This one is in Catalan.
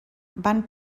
van